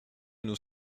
nous